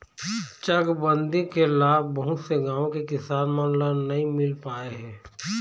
चकबंदी के लाभ बहुत से गाँव के किसान मन ल नइ मिल पाए हे